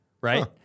Right